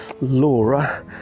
Laura